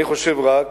אני חושב רק